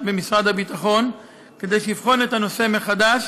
במשרד הביטחון בבקשה שיבחן את הנושא מחדש,